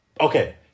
Okay